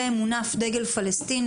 ומונף דגל פלשתין,